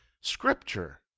scripture